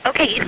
Okay